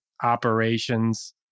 operations